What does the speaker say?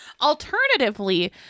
Alternatively